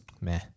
meh